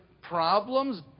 problems